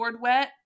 wet